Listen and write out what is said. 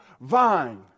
vine